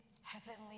Heavenly